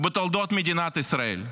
בתולדות מדינת ישראל.